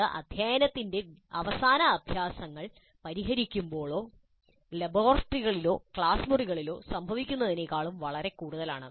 ഇത് അധ്യായത്തിന്റെ അവസാനത്തെ അഭ്യാസങ്ങൾ പരിഹരിക്കുമ്പോളോ ലബോറട്ടറികളിലോ ക്ലാസ് മുറികളിലോ സംഭവിക്കുന്നതിനേക്കാളും വളരെ കൂടുതലാണ്